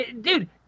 dude